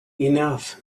enough